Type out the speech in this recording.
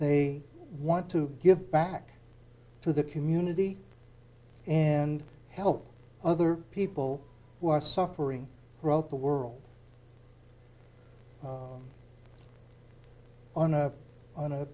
they want to give back to the community and help other people who are suffering wrote the world on a on a